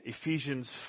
Ephesians